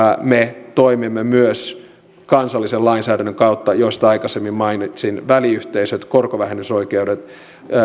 me toimimme myös kansallisen lainsäädännön kautta josta aikaisemmin mainitsin väliyhteisöt korkovähennysoikeudet